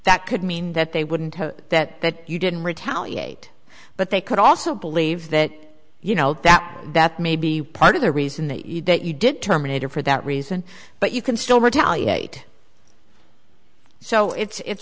that could mean that they wouldn't that you didn't retaliate but they could also believe that you know that that may be part of the reason that you that you did terminated for that reason but you can still retaliate so it's